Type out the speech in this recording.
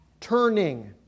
Turning